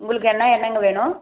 உங்களுக்கு என்ன எண்ணெய்ங்க வேணும்